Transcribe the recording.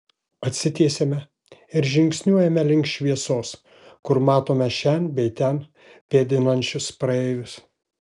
atsitiesiame ir žingsniuojame link šviesos kur matome šen bei ten pėdinančius praeivius